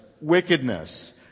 wickedness